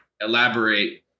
elaborate